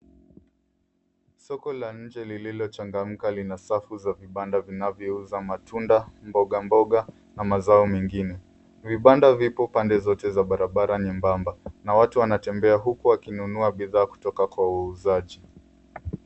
Soko la nje lililochangamka lina safu za vibanda vinavyouza matunda mboga mboga na mazao mengine. Vibanda viko pande zote za barabara nyebamba na watu wanatembea huku wakinunua bidhaa kutoka kwa wauzaji.